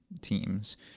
teams